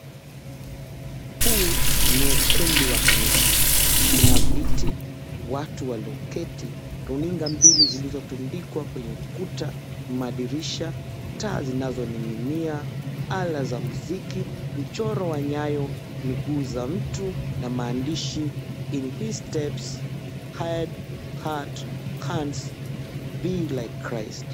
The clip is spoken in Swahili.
Huu ni ukumbi wa kanisa. Kuna viti, watu walioketi, runinga mbili zilizotundikwa kwenye ukuta, madirisha, taa zinazoning'inia, ala za muziki, mchoro wa nyayo, miguu za mtu na maandishi, "In his steps, Head, Heart, Hands, Be like Christ."